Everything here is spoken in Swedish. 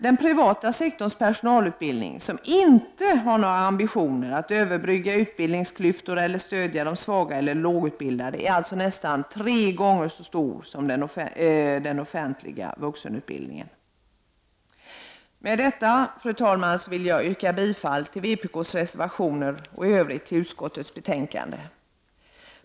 Den privata sektorns personalutbildning, som inte har några ambitioner att överbrygga utbildningsklyftor eller stödja de svaga lågutbildade, är alltså nästan tre gånger så stor som den offentliga vuxenutbildningen. Med detta, fru talman, yrkar jag bifall till vpk:s reservationer och i övrigt till utskottets hemställan.